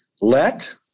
Let